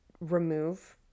remove